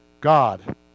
God